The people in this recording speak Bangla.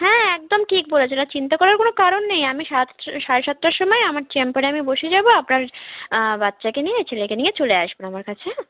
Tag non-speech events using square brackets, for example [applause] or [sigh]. হ্যাঁ একদম ঠিক বলেছেন আর চিন্তা করার কোনো কারণ নেই আমি সাত [unintelligible] সাড়ে সাতটার সময় আমার চেম্বারে আমি বসে যাব আপনার বাচ্চাকে নিয়ে ছেলেকে নিয়ে চলে আসবেন আমার কাছে হ্যাঁ